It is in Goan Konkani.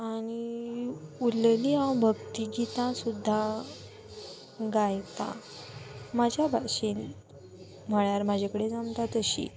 आनी उरलेलीं हांव भक्ती गीतां सुद्दां गायता म्हाज्या भाशेन म्हळ्यार म्हाजे कडेन जमता तशी